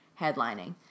headlining